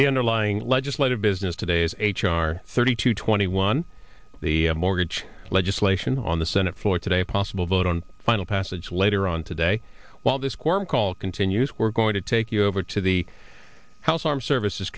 the underlying legislative business today as h r thirty two twenty one the mortgage legislation on the senate floor today a possible vote on final passage later on today while this quorum call continues we're going to take you over to the house armed services